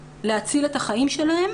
להציל את החיים שלהן